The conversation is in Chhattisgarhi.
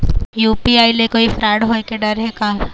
यू.पी.आई ले कोई फ्रॉड होए के डर हे का?